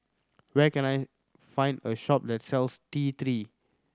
where can I find a shop that sells T Three